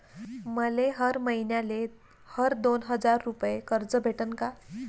मले हर मईन्याले हर दोन हजार रुपये कर्ज भेटन का?